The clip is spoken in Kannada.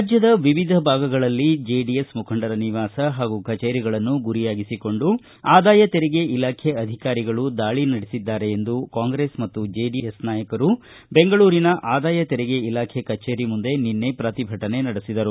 ರಾಜ್ಯದ ವಿವಿಧ ಭಾಗಗಳಲ್ಲಿ ಜೆಡಿಎಸ್ ಮುಖಂಡರ ನಿವಾಸಹಾಗೂ ಕಚೇರಿಗಳನ್ನು ಗುರಿಯಾಗಿಸಿಕೊಂಡು ಆದಾಯ ತೆರಿಗೆ ಇಲಾಖೆ ಅಧಿಕಾರಿಗಳು ದಾಳಿ ನಡೆಸಿದ್ದಾರೆ ಎಂದು ಕಾಂಗ್ರೆಸ್ ಹಾಗೂ ಜೆಡಿಎಸ್ ನಾಯಕರು ಬೆಂಗಳೂರಿನ ಆದಾಯ ತೆರಿಗೆ ಇಲಾಖೆ ಕಚೇರಿ ಮುಂದೆ ನಿನ್ನೆ ಪ್ರತಿಭಟನೆ ನಡೆಸಿದರು